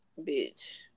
bitch